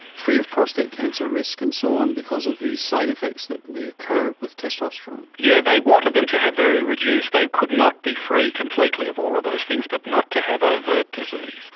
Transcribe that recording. free of prostate cancer risk and so on because of the side effects that may occur with testosterone. yes, yeah they wanted them to have very reduced, they could not be free completely of all of those things, but not to have overt disease.